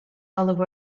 olive